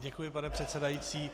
Děkuji, pane předsedající.